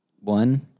one